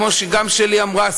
כמו שגם שלי אמרה,